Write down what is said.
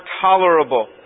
tolerable